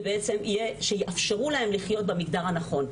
זה שיאפשרו להם לחיות במגדר הנכון.